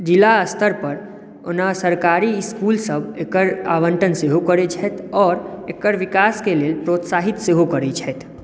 जिला स्तर पर ओना सरकारी इसकुल सभ एकर आवण्टन सेहो करै यश छथि आओर एकर विकासके लेल प्रोत्साहित करैत छथि